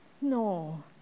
No